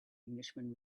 englishman